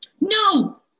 no